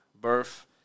Birth